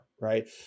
Right